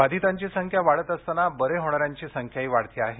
बाधितांची संख्या वाढत असताना बरे होणाऱ्यांची संख्याही वाढती आहे